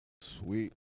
Sweet